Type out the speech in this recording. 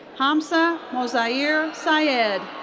hamza mozahir syed.